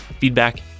feedback